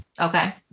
Okay